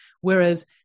Whereas